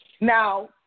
Now